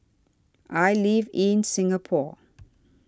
I live in Singapore